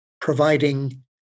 providing